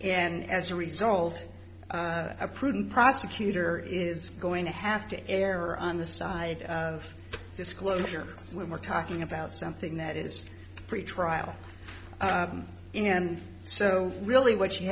and as a result a prudent prosecutor is going to have to err on the side of disclosure when we're talking about something that is pretrial and so really what you